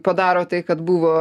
padaro tai kad buvo